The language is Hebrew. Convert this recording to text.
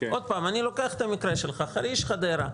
עוד פעם אני לוקח את המקרה שלך, חריש-חדרה.